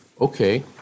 Okay